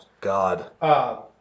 God